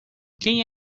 quem